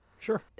Sure